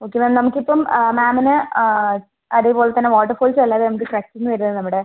okay ma'am നമുക്കിപ്പം മാമിന് അതേപോലെ തന്നെ വാട്ടർഫോൾസ് അല്ലാതെ എന്ത് ട്രക്കിങ്ങ് വരുമ്പോൾ നമ്മുടെ